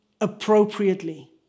appropriately